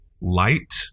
light